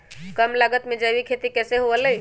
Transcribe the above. कम लागत में जैविक खेती कैसे हुआ लाई?